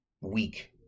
weak